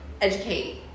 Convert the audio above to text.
educate